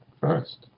first